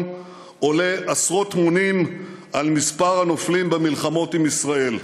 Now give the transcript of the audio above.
עולה עשרות מונים על מספר הנופלים במלחמות עם ישראל".